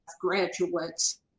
graduates